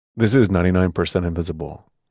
this is ninety nine percent invisible.